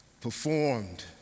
performed